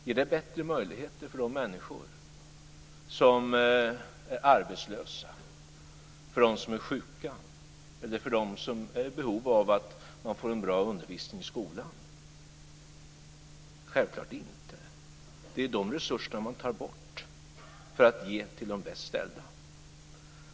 Ger det bättre möjligheter för de människor som är arbetslösa, för de människor som är sjuka eller för de människor som är i behov att få en bra undervisning i skolan? Självklart inte. Det är ju dessa resurser som man tar bort för att ge till de bäst ställda.